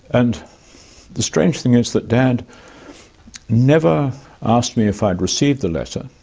and the strange thing is that dad never asked me if i had received the letter